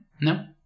No